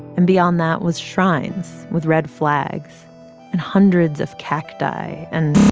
and beyond that was shrines with red flags and hundreds of cacti. and.